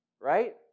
Right